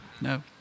No